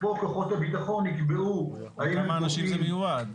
פה כוחות הביטחון יקבעו האם -- לכמה אנשים זה מיועד?